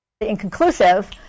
inconclusive